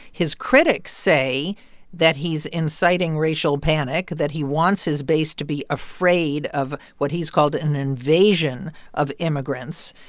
his critics say that he's inciting racial panic, that he wants his base to be afraid of what he's called an invasion of immigrants.